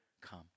come